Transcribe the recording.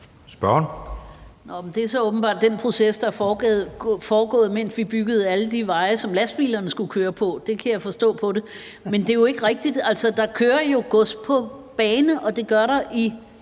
Gottlieb (EL): Det er så åbenbart den proces, der er foregået, mens vi byggede alle de veje, som lastbilerne skulle køre på. Det kan jeg forstå på det. Men det er jo ikke rigtigt. Der kører jo gods på bane. Det gør der i